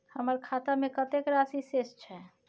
हमर खाता में कतेक राशि शेस छै?